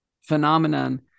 phenomenon